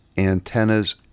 antennas